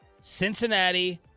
Cincinnati